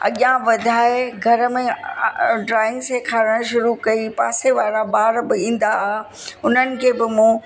अॻियां वधाए घर में ड्रॉइंग सेखारण शुरू कई पासे वारा ॿार बि ईंदा हुआ उन्हनि खे बि मूं